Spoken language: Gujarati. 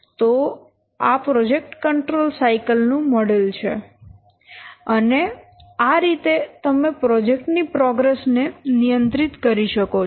તો આ પ્રોજેક્ટ કંટ્રોલ સાયકલ નું મોડેલ છે અને આ રીતે તમે પ્રોજેક્ટ ની પ્રોગ્રેસ ને નિયંત્રિત કરી શકો છો